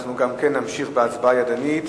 אנחנו נמשיך בהצבעה ידנית.